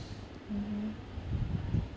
mmhmm